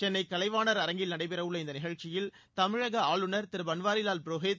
சென்னை கலைவாணர் அரங்கில் நடைபெறவுள்ள இந்த நிகழ்ச்சியில் தமிழக ஆளுநர் திரு பன்வாரிலால் புரோஹித்